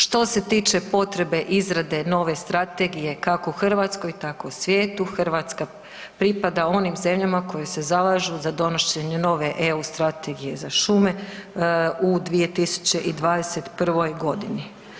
Što se tiče potrebe izrade nove strategije kako u Hrvatskoj, tako u svijetu Hrvatska pripada onim zemljama koje se zalažu za donošenje nove EU strategije za šume u 2021. godini.